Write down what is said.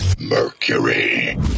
Mercury